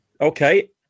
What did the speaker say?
Okay